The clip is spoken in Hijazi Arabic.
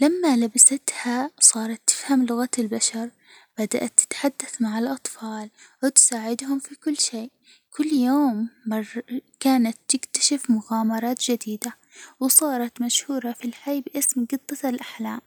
لما لبستها صارت تفهم لغة البشر، بدأت تتحدث مع الأطفال وتساعدهم في كل شي ، كل يوم مر كانت تكتشف مغامرات جديدة، وصارت مشهورة في الحي باسم جطة الأحلام.